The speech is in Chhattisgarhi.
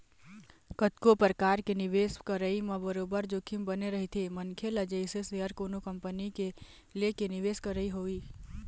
कतको परकार के निवेश करई म बरोबर जोखिम बने रहिथे मनखे ल जइसे सेयर कोनो कंपनी के लेके निवेश करई होगे